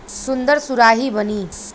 सुन्दर सुराही बनी